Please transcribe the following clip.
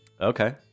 Okay